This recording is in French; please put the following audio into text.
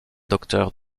docteur